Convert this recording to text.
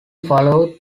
followed